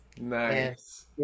Nice